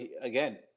again